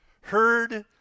heard